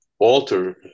alter